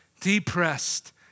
depressed